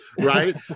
right